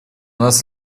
нас